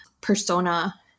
persona